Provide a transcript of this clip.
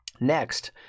Next